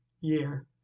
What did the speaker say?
year